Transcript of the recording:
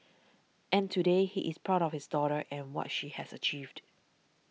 and today he is proud of his daughter and what she has achieved